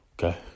Okay